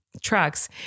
Trucks